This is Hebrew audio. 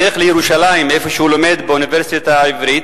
בדרך לירושלים, שם הוא לומד באוניברסיטה העברית.